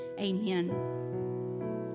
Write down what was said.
amen